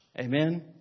Amen